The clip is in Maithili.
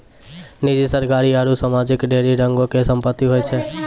निजी, सरकारी आरु समाजिक ढेरी रंगो के संपत्ति होय छै